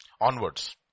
Onwards